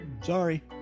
Sorry